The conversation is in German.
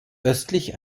östlich